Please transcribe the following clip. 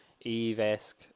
EVE-esque